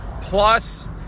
plus